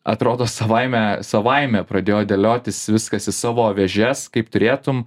atrodo savaime savaime pradėjo dėliotis viskas į savo vėžes kaip turėtum